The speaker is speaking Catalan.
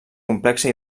complexa